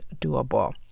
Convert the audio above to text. doable